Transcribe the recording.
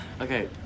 Okay